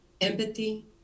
Empathy